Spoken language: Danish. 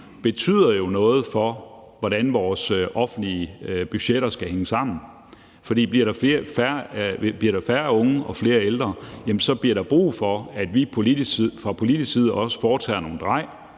betyder jo noget for, hvordan vores offentlige budgetter skal hænge sammen, for bliver der færre unge og flere ældre, jamen så bliver der brug for, at vi fra politisk side også foretager nogle drej